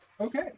Okay